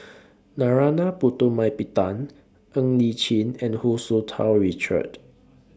Narana Putumaippittan Ng Li Chin and Hu Tsu Tau Richard